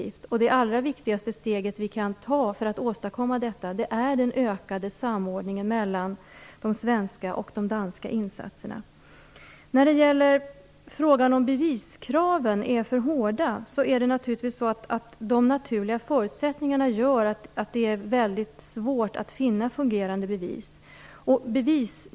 Det allra viktigaste steg vi kan ta för att åstadkomma detta är den ökade samordningen mellan de svenska och de danska insatserna. När det gäller frågan om huruvida beviskraven är för hårda gör de naturliga förutsättningarna att det är väldigt svårt att finna fungerande bevis.